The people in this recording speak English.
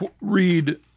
read